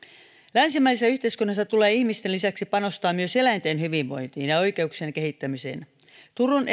länsimaisessa yhteiskunnassa tulee ihmisten lisäksi panostaa myös eläinten hyvinvoinnin ja ja oikeuksien kehittämiseen turun